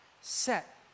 Set